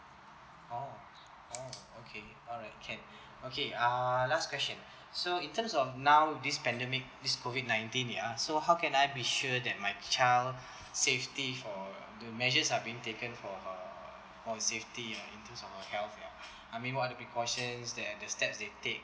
orh orh okay alright can okay uh last question so in terms of now this pandemic this COVID nineteen ya so how can I be sure that my child safety for the measures are being taken for uh or safety in terms of her health lah I mean what are the precautions that the steps they take